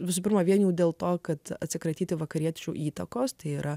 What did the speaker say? visų pirma vien dėl to kad atsikratyti vakariečių įtakos tai yra